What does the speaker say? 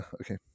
Okay